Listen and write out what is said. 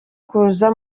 kuza